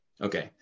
Okay